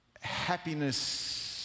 happiness